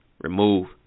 remove